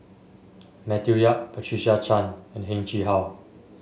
Matthew Yap Patricia Chan and Heng Chee How